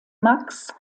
max